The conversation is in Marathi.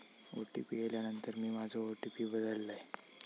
ओ.टी.पी इल्यानंतर मी माझो ओ.टी.पी बदललय